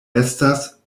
estas